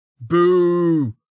Boo